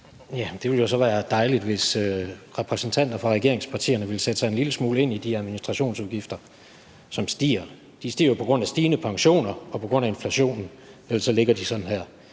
Det ville jo så være dejligt, hvis repræsentanter for regeringspartier ville sætte sig en lille smule ind i de administrationsudgifter, som stiger. De stiger jo på grund af stigende pensioner og på grund af inflationen, og ellers ligger de sådan her.